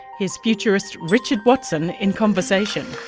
here's futurist richard watson in conversation.